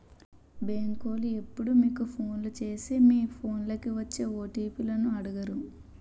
బేంకోలు ఎప్పుడూ మీకు ఫోను సేసి మీ ఫోన్లకి వచ్చే ఓ.టి.పి లను అడగరు